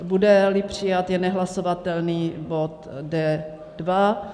Budeli přijat, je nehlasovatelný bod D2.